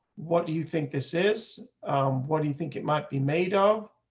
what do you think this is what do you think it might be made of